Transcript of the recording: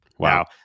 Wow